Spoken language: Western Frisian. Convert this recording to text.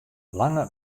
lange